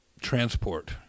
transport